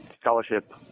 scholarship